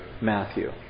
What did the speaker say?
Matthew